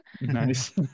Nice